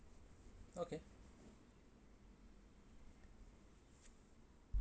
okay